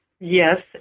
Yes